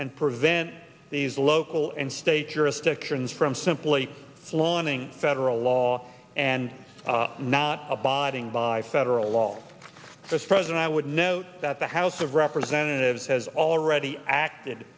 and prevent these local and state jurisdictions from simply flaunting federal law and not abiding by federal law as president i would note that the house of representatives has already acted